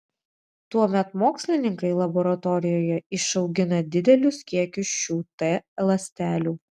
tuomet mokslininkai laboratorijoje išaugina didelius kiekius šių t ląstelių